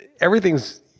everything's